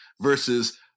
versus